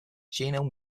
genome